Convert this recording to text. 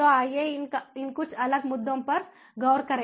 तो आइए इन कुछ अलग मुद्दों पर गौर करें